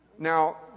Now